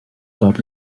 gab